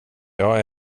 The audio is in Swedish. jag